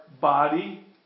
body